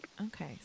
Okay